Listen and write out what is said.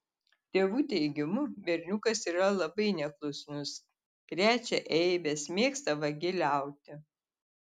tėvų teigimu berniukas yra labai neklusnus krečia eibes mėgsta vagiliauti